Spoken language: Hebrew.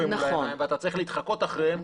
מול העיניים ואתה צריך להתחקות אחריהן,